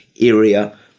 area